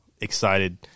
excited